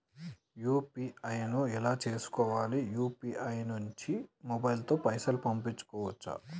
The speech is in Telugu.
యూ.పీ.ఐ ను ఎలా చేస్కోవాలి యూ.పీ.ఐ నుండి మొబైల్ తో పైసల్ పంపుకోవచ్చా?